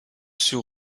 sur